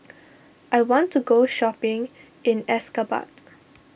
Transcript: I want to go shopping in Ashgabat